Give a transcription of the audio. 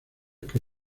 que